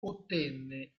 ottenne